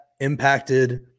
Impacted